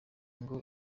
ngo